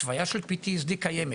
ההתוויה של PTSD קיימת.